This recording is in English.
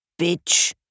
Bitch